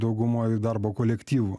daugumoj darbo kolektyvų